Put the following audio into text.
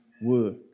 work